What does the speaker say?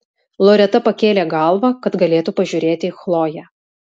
loreta pakėlė galvą kad galėtų pažiūrėti į chloję